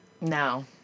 No